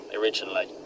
originally